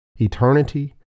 eternity